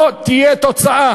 לא תהיה תוצאה